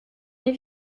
mes